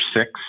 six